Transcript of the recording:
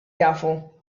jafu